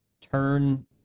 turn